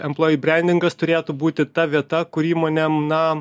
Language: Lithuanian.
emploji brendingas turėtų būti ta vieta kur įmonėm na